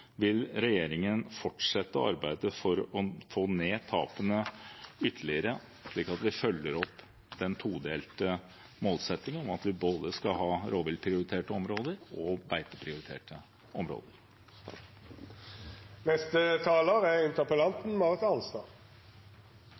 vil regjeringen fortsette arbeidet for å få ned tapene ytterligere, slik at vi følger opp den todelte målsettingen om at vi skal ha både rovviltprioriterte områder og beiteprioriterte områder.